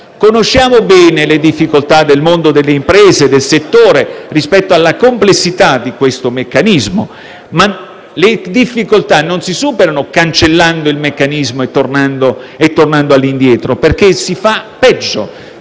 Conosciamo bene le difficoltà del mondo delle imprese rispetto alla complessità di questo meccanismo. Tuttavia, le difficoltà non si superano cancellando il meccanismo e tornando indietro, perché così si fa peggio.